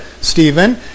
Stephen